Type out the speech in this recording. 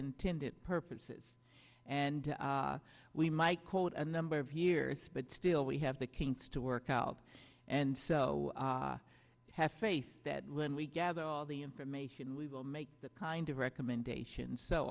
intended purposes and we might quote a number of years but still we have the kinks to work out and so i have faith that when we gather all the information we will make the kind of recommendations so